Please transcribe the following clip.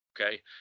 Okay